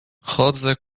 chodzę